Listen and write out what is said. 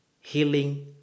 healing